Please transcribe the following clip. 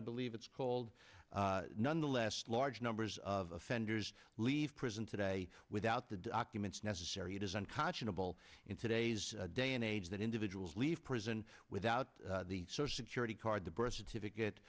i believe it's called nonetheless large numbers of offenders leave prison today without the documents necessary it is unconscionable in today's day and age that individuals leave prison without the social security card the birth certificate